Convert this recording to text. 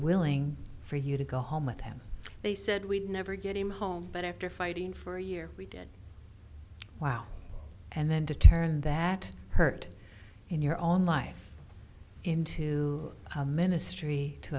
willing for you to go home with him they said we'd never get him home but after fighting for a year we did wow and then to turn that hurt in your own life into ministry to